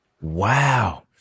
Wow